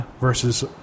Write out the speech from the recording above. versus